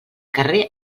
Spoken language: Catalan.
carrer